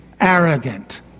arrogant